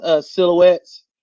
silhouettes